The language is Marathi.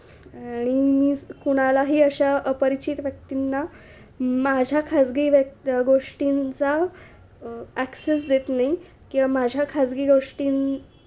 आणि मी कुणालाही अशा अपरिचित व्यक्तींना माझ्या खाजगी व्यक् गोष्टींचा ॲक्सेस देत नाही किंवा माझ्या खाजगी गोष्टीं